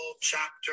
chapter